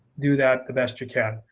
do that the best you can.